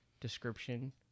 description